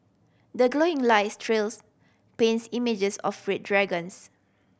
the glowing lights trails paints images of red dragons